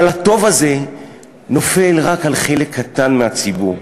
אבל הטוב הזה נופל רק על חלק קטן מהציבור.